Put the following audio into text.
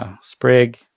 Sprig